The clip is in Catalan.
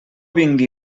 vingui